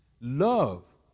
Love